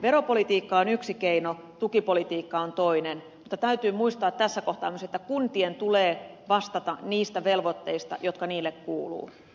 veropolitiikka on yksi keino tukipolitiikka on toinen mutta täytyy muistaa tässä kohtaa myös että kuntien tulee vastata niistä velvoitteista jotka niille kuuluvat